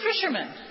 fishermen